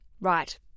Right